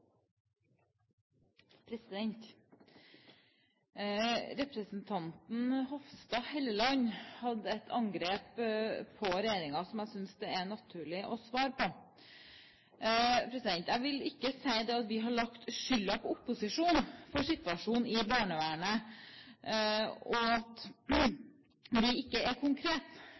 naturlig å svare på. Jeg vil ikke si at vi har lagt skylden på opposisjonen for situasjonen i barnevernet, og at vi ikke er konkret.